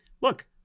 Look